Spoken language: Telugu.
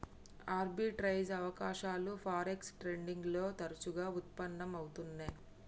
ఆర్బిట్రేజ్ అవకాశాలు ఫారెక్స్ ట్రేడింగ్ లో తరచుగా వుత్పన్నం అవుతున్నై